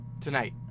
Tonight